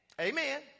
Amen